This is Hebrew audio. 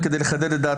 רק כדי לחדד את דעתך,